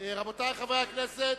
רבותי חברי הכנסת,